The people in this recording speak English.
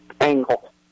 angle